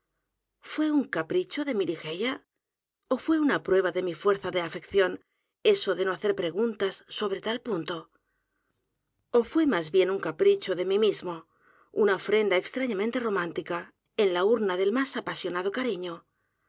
é un capricho de mi ligeia o fué una prueba de mi fuerza de afección eso de no hacer p r e g u n t a s sobre tal punto ó fué más bien un capricho de mí mismo una ofrenda extrañamente romántica en la u r n a del m á s apasionado cariño